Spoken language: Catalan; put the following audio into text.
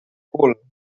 cul